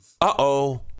uh-oh